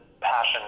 passion